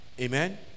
amen